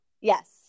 Yes